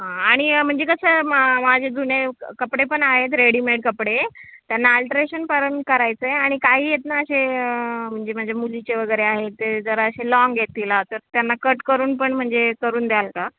हां आणि म्हणजे कसं मा माझे जुने क कपडे पण आहेत रेडिमेड कपडे त्यांना अल्ट्रेशन पण करायचं आहे आणि काही आहेत ना असे म्हणजे माझ्या मुलीचे वगैरे आहेत ते जरा असे लॉन्ग आहेत तिला तर त्यांना कट करून पण म्हणजे करून द्याल का